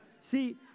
see